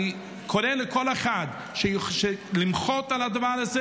אני קורא לכל אחד למחות על הדבר הזה